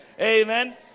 Amen